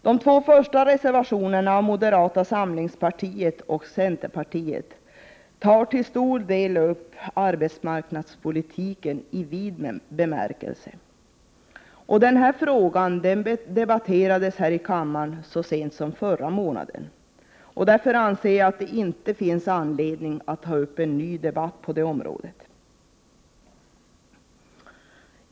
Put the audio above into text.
De två första reservationerna av moderata samlingspartiet och centerpartiet tar till stor del upp arbetsmarknadspolitiken i vid bemärkelse. Denna fråga debatterades här i kammaren så sent som förra månaden, och jag anser därför att det inte finns anledning att på nytt debattera det området.